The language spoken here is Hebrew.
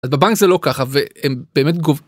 בבנק זה לא ככה והם באמת גוב...